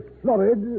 florid